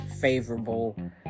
favorable